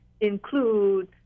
include